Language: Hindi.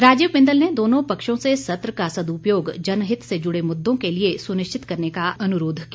राजीव बिंदल ने दोनों पक्षों से सत्र का सदुपोग जनहित से जुड़े मुद्दों के लिए सुनिश्चित करने का अनुरोध किया